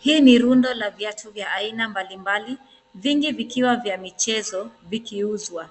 Hii ni runda la viatu vya aina mbalimbali, vingi vikiwa vya michezo vikiuzwa.